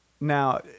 Now